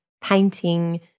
painting